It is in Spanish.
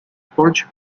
porsche